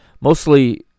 mostly